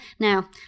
Now